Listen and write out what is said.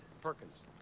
Perkins